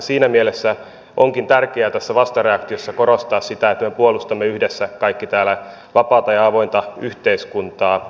siinä mielessä onkin tärkeää tässä vastareaktiossa korostaa sitä että me puolustamme yhdessä kaikki täällä vapaata ja avointa yhteiskuntaa